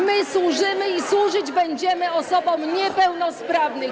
My służymy i służyć będziemy osobom niepełnosprawnym.